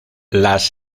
las